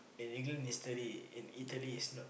an England history and Italy is not